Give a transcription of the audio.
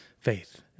faith